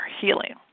healing